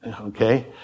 okay